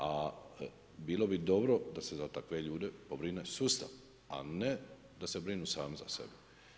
A bilo bi dobro da se za takve ljude pobrine sustav, a ne da se brinu sami za sebe.